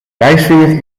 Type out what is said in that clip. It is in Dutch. wijsvinger